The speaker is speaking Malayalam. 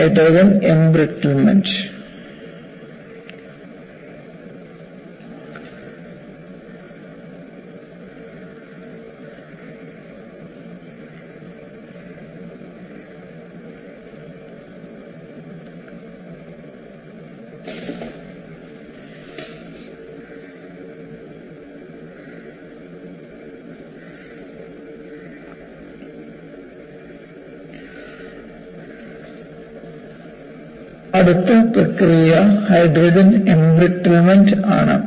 ഹൈഡ്രജൻ എംബ്രിറ്റ്മെന്റ് അടുത്ത പ്രക്രിയ ഹൈഡ്രജൻ എംബ്രിറ്റ്മെന്റ് ആണ്